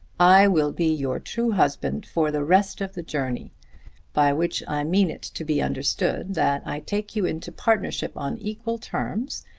i will be your true husband for the rest of the journey by which i mean it to be understood that i take you into partnership on equal terms,